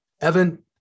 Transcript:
Evan